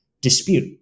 dispute